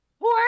Poor